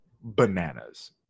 bananas